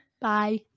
Bye